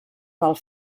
del